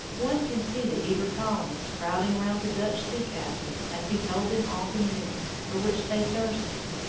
one can see the eager colonists crowding round the dutch sea-captain as he told them all the news, for which they thirsted.